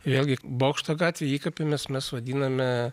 vėlgi bokšto gatvėje įkapėmis mes vadiname